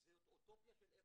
זה אוטופיה של אווטאר.